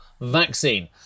vaccine